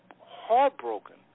heartbroken